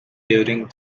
during